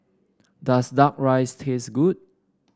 does duck rice taste good